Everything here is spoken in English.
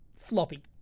floppy